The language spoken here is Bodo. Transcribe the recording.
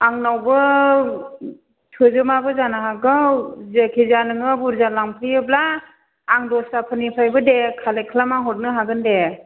आंनावबो थोजोबाबो जानो हागौ जेखि जाया नोङो बुरजा लांफैयोब्ला आं दस्राफोरनिफ्रायबो दे कालेक्ट खालामना हरनो हागोन दे